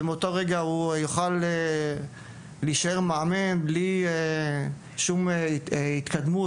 ומאותו רגע הוא יוכל להישאר מאמן בלי שום התקדמות,